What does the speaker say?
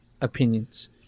opinions